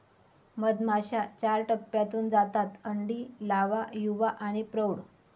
मधमाश्या चार टप्प्यांतून जातात अंडी, लावा, युवा आणि प्रौढ